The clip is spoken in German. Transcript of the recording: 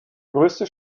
grösste